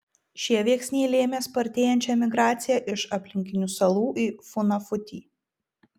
šie veiksniai lėmė spartėjančią imigraciją iš aplinkinių salų į funafutį